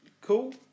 Cool